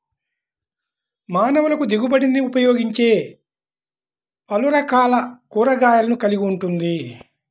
మానవులకుదిగుబడినిఉపయోగించేపలురకాల కూరగాయలను కలిగి ఉంటుంది